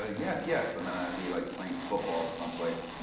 ah yes, yes, and then and i'd be like playing football someplace,